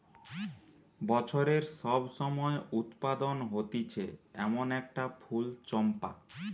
বছরের সব সময় উৎপাদন হতিছে এমন একটা ফুল চম্পা